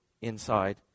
inside